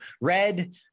red